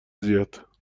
زیاد